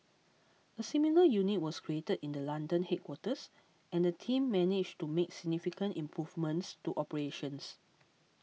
a similar unit was created in the London headquarters and the team managed to make significant improvements to operations